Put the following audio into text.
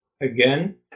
Again